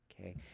okay